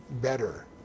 better